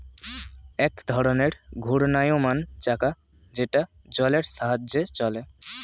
এক ধরনের ঘূর্ণায়মান চাকা যেটা জলের সাহায্যে চলে